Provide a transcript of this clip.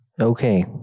Okay